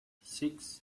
six